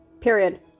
period